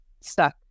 stuck